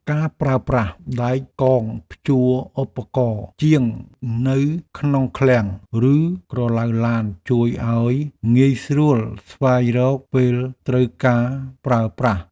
ការប្រើប្រាស់ដែកកងព្យួរឧបករណ៍ជាងនៅក្នុងឃ្លាំងឬក្រឡៅឡានជួយឱ្យងាយស្រួលស្វែងរកពេលត្រូវការប្រើប្រាស់។